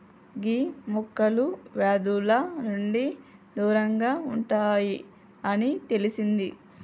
గీ మొక్కలు వ్యాధుల నుండి దూరంగా ఉంటాయి అని తెలిసింది